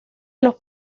los